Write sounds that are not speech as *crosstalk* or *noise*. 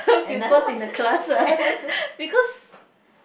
pupils in the classes *breath* because